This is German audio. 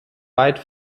weit